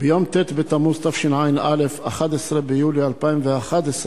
ביום ט' בתמוז תשע"א, 11 ביולי 2011,